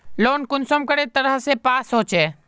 Loan कुंसम करे तरह से पास होचए?